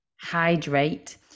hydrate